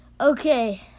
Okay